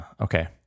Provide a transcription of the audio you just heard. Okay